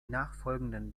nachfolgenden